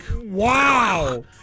Wow